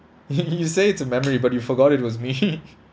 you say it's a memory but you forgot it was me